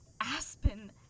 Aspen